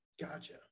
Gotcha